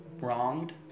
wronged